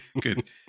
Good